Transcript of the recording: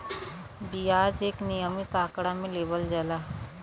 बियाज एक नियमित आंकड़ा मे लेवल जाला